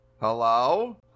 Hello